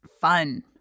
fun